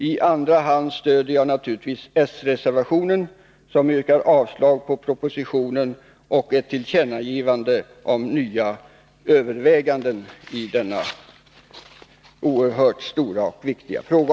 I andra hand stöder jag naturligvis s-reservationen, som yrkar avslag på propositionen och innehåller ett tillkännagivande om nya överväganden i denna oerhört stora och viktiga fråga.